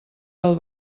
del